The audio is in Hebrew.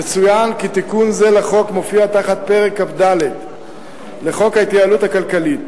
יצוין כי תיקון זה לחוק מופיע תחת פרק כ"ד לחוק ההתייעלות הכלכלית,